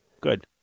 Good